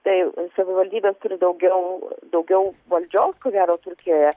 tai savivaldybės turi daugiau daugiau valdžios ko gero turkijoje